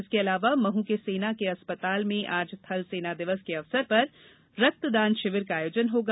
इसके अलावा महू के सेना के अस्पताल में आज थल सेना दिवस के अवसर पर रक्तदान शिविर का आयोजन होगा